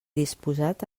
disposat